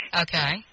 Okay